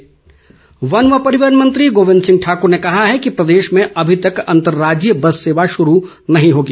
गोविंद ठाकुर वन व परिवहन मंत्री गोविंद ठाकूर ने कहा है कि प्रदेश में अभी अंतर्राज्यीय बस सेवा शुरू नहीं होगी